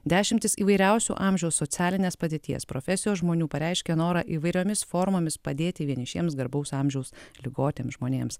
dešimtys įvairiausių amžiaus socialinės padėties profesijos žmonių pareiškė norą įvairiomis formomis padėti vienišiems garbaus amžiaus ligotiems žmonėms